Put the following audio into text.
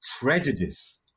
prejudice